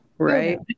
right